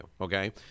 okay